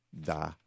da